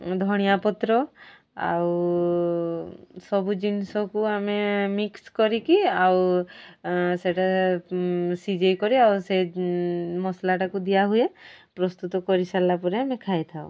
ଧନିଆ ପତ୍ର ଆଉ ସବୁ ଜିନିଷକୁ ଆମେ ମିକ୍ସ୍ କରିକି ଆଉ ସେଇଟା ସିଝାଇ କରି ଆଉ ସେ ମସଲାଟାକୁ ଦିଆହୁଏ ପ୍ରସ୍ତୁତ କରିସାରିଲା ପରେ ଆମେ ଖାଇଥାଉ